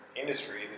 industry